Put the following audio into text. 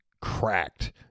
cracked